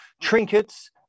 trinkets